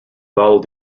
followed